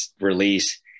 release